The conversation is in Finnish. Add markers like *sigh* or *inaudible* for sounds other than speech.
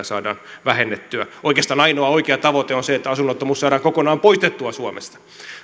*unintelligible* saadaan vähennettyä oikeastaan ainoa oikea tavoite on se että asunnottomuus saadaan kokonaan poistettua suomesta